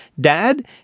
Dad